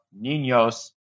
Niños